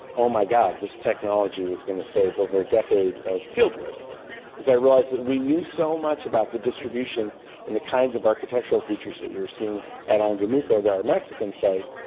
oh my god, this technology was going to save over a decade of fieldwork because i realised that we knew so much about the distribution and the kinds of architectural features that we were seeing at angamuco, our mexican site,